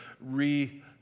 re